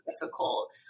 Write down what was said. Difficult